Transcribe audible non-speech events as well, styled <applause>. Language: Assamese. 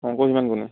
<unintelligible>